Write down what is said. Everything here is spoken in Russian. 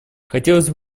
хотелось